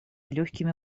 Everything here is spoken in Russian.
легкими